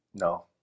No